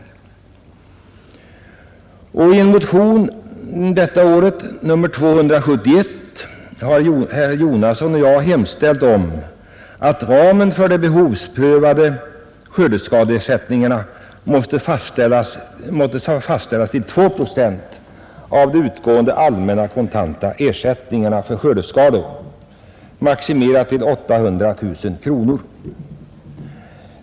I en motion, nr 271 detta år, har herr Jonasson och jag hemställt om att ramen för de behovsprövade skördeskadeersättningarna måtte fastställas till 2 procent av de utgående allmänna kontanta ersättningarna för skördeskador, dock maximerad till 800 000 kronor.